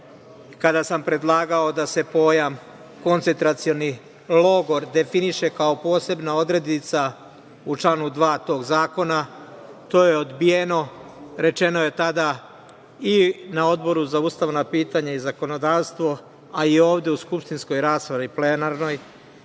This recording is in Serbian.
sam predlagao da se pojam koncentracioni logor definiše kao posebna odrednica u članu 2. tog zakona, to je odbijeno. Rečeno je tada, i na Odboru za ustavna pitanja i zakonodavstvo, a i ovde u skupštinskoj raspravi plenarnoj,